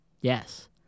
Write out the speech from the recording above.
Yes